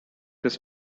this